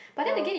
ya loh